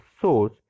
source